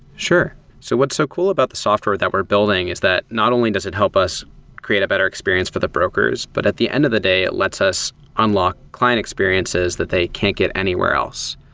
sure. so, what's so cool about the software that we're building is that not only does it help us create a better experience for the brokers, but at the end of the day, it lets us unlock client experiences that they can't get anywhere else.